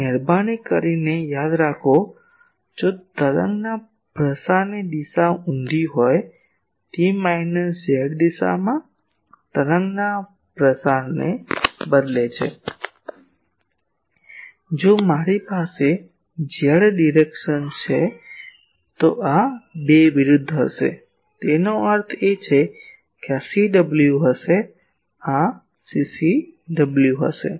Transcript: અને મહેરબાની કરીને યાદ રાખો કે જો તરંગના પ્રસારની દિશા ઊંધી હોય તો તે માઈનસ ઝેડ દિશામાં તરંગના પ્રસારને બદલે છે જો મારી પાસે ઝેડ ડિરેક્શન છે તો આ 2 વિરુદ્ધ હશે તેનો અર્થ એ કે આ CW હશે આ CCW હશે